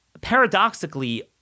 paradoxically